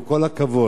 עם כל הכבוד,